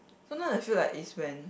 sometimes I feel like is when